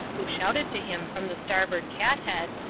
who shouted to him from the starboard cathead,